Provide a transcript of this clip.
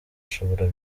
ashobora